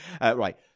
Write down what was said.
Right